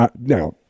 Now